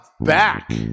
back